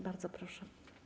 Bardzo proszę.